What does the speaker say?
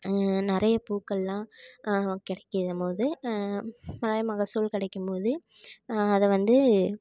நிறைய பூக்களெலாம் கிடைக்கும் போது நிறைய மகசூல் கிடைக்கும் போது அதை வந்து